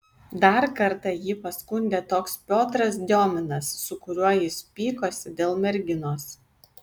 dar kartą jį paskundė toks piotras diominas su kuriuo jis pykosi dėl merginos